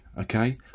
okay